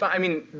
but i mean,